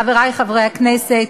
חברי חברי הכנסת,